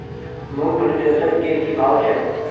मूंगफली थ्रेसर के की भाव छै?